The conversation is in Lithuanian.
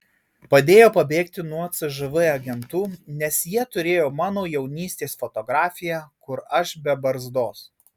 padėjo pabėgti nuo cžv agentų nes jie turėjo mano jaunystės fotografiją kur aš be barzdos